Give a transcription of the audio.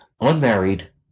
unmarried